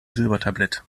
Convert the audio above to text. silbertablett